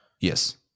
Yes